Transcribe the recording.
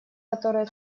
которая